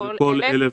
לכל 1,000